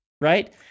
right